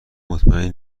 مطمئنی